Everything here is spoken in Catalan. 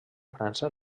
frança